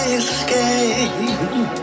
escape